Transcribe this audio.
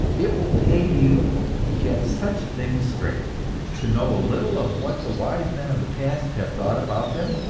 it will pay you to get such things straight to know a little of what the wise men of the past have thought about them,